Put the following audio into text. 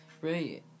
right